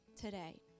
today